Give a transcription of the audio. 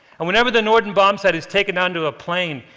and whenever the norden bombsight is taken onto a plane,